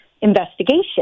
investigation